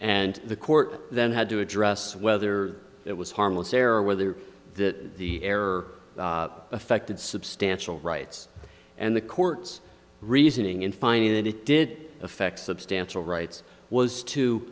and the court then had to address whether it was harmless error whether that the error affected substantial rights and the court's reasoning in finding that it did affect substantial rights was to